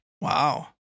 Wow